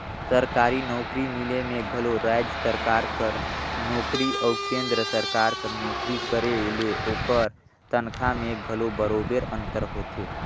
सरकारी नउकरी मिले में घलो राएज सरकार कर नोकरी अउ केन्द्र सरकार कर नोकरी करे ले ओकर तनखा में घलो बरोबेर अंतर होथे